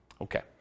Okay